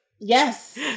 Yes